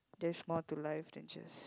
there's more to life than just